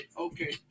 okay